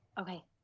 Okay